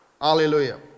Hallelujah